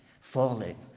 falling